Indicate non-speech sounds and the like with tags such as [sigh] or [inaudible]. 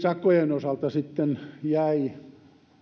[unintelligible] sakkojen osalta jäi